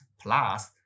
plus